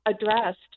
addressed